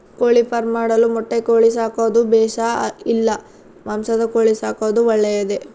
ಕೋಳಿಫಾರ್ಮ್ ಮಾಡಲು ಮೊಟ್ಟೆ ಕೋಳಿ ಸಾಕೋದು ಬೇಷಾ ಇಲ್ಲ ಮಾಂಸದ ಕೋಳಿ ಸಾಕೋದು ಒಳ್ಳೆಯದೇ?